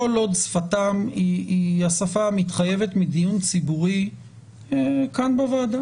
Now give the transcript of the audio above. כל עוד שפתם היא השפה המתחייבת מדיון ציבורי כאן בוועדה.